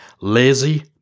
Lazy